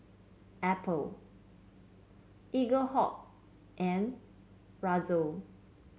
Apple Eaglehawk and Razer